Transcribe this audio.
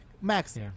max